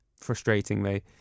frustratingly